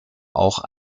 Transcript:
auch